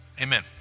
Amen